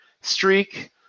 streak